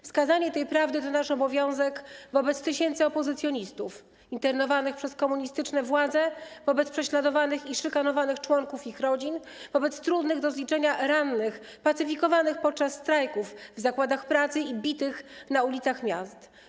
Wskazanie jej to nasz obowiązek wobec tysięcy opozycjonistów internowanych przez komunistyczne władze, wobec prześladowanych i szykanowanych członków ich rodzin, wobec trudnych do zliczenia rannych pacyfikowanych podczas strajków w zakładach pracy i bitych na ulicach miast.